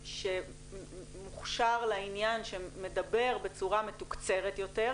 שהוכשר לעניין שמדבר בצורה מתוקצרת יותר,